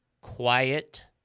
quiet